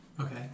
Okay